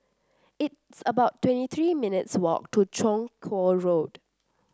it's about twenty three minutes' walk to Chong Kuo Road